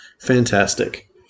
fantastic